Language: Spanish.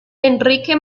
enrique